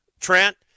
Trent